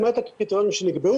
רק על פי קריטריונים שנקבעו,